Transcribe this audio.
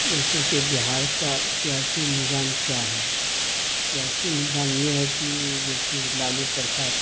جیسے کہ بہار کا سیاسی نظام کیا ہے سیاسی نظام یہ ہے کہ جیسے لالو پرساد